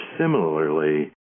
similarly